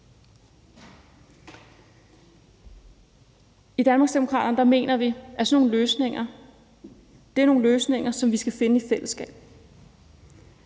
I Danmarksdemokraterne mener vi, at sådan nogle løsninger er nogle løsninger, som vi skal finde i fællesskab.